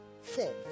four